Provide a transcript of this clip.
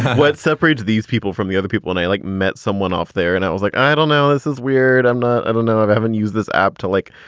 what separates these people from the other people? and i like met someone off there and i was like, i don't know. this is weird. i'm i don't know. i've haven't used this app to, like,